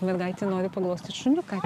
mergaitė nori paglostyt šuniuką